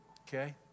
Okay